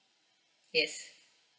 yes